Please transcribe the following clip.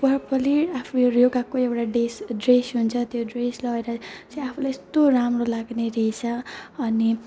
properly आफ्नो योगाको एउटा ड्रेस ड्रेस हुन्छ है त्यो ड्रेस लगाएर चाहिँ आफूलाई यस्तो राम्रो लाग्ने रहेछ अनि